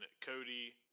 Cody